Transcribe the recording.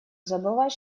забывать